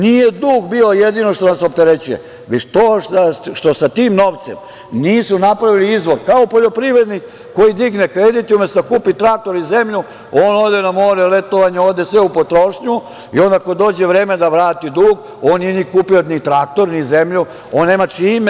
Nije dug bio jedino što nas opterećuje, već to što sa tim novcem nisu napravili izvoz, kao poljoprivrednik koji digne kredit i, umesto da kupi traktor i zemlju, on ode na more, letovanje, ode sve u potrošnju i onda, kada dođe vreme da vrati dug, on nije kupio ni traktor, ni zemlju, on nema čime.